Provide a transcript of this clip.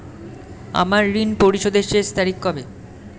আমার ঋণ পরিশোধের শেষ তারিখ কবে?